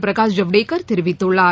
பிரகாஷ் ஜவ்டேகர் தெரிவித்துள்ளார்